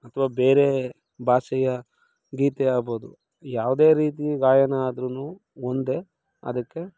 ಅಥ್ವಾ ಬೇರೆ ಭಾಷೆಯ ಗೀತೆಯಾಗ್ಬೋದು ಯಾವುದೇ ರೀತಿ ಗಾಯನ ಆದರೂ ಮುಂದೆ ಅದಕ್ಕೆ